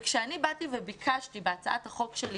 כשאני באתי וביקשתי בהצעת החוק שלי